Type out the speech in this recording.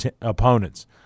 opponents